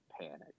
panic